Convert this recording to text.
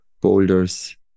boulders